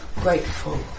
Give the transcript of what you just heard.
grateful